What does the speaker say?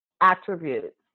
attributes